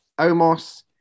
Omos